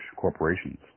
corporations